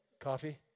Coffee